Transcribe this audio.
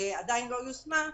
שעדיין לא יושמה,